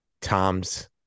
tom's